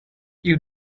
you